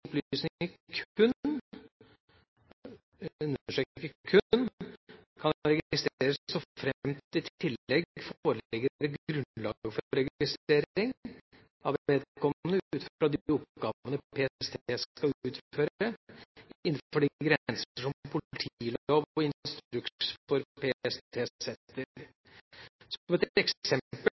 kun – jeg understreker kun – kan registreres såframt det i tillegg foreligger et grunnlag for registrering av vedkommende ut fra de oppgavene PST skal utføre innenfor de grenser som politilov og instruks for PST setter. Som et eksempel